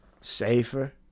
safer